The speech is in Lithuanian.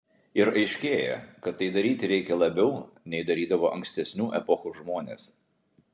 ir aiškėja kad tai daryti reikia labiau nei darydavo ankstesnių epochų žmonės